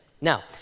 Now